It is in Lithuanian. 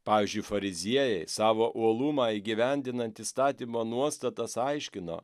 pavyzdžiui fariziejai savo uolumą įgyvendinant įstatymo nuostatas aiškino